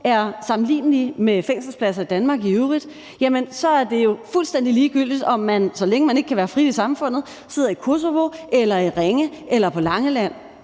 er sammenlignelige med fængselspladser i Danmark i øvrigt, er det jo fuldstændig ligegyldigt, om man, så længe man ikke kan være frit i samfundet, sidder i Kosovo eller i Ringe eller på Langeland